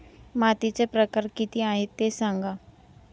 मातीचे प्रकार किती आहे ते सांगा